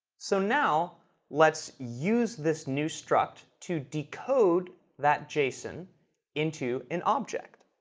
so now let's use this new struct to decode that json into an object.